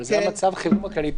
זה מצב החירום הכללי.